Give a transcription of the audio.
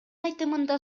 айтымында